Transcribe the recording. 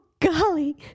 golly